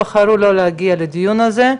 אבל הם בחרו לא להגיע לדיון הזה.